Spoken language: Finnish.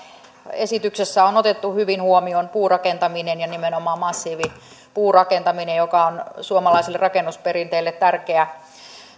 esityksessä on otettu hyvin huomioon puurakentaminen ja nimenomaan massiivipuurakentaminen joka on suomalaiselle rakennusperinteelle tärkeä